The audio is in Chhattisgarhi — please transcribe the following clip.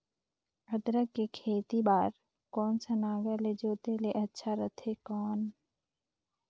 अदरक के खेती बार कोन सा नागर ले जोते ले अच्छा रथे कौन?